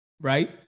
right